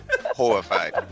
horrified